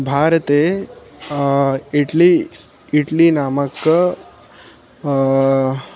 भारते इट्लि इट्लि नामक